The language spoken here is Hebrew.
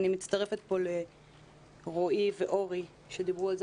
אני מצטרפת לדברי רועי ואורי שדיברו על כך.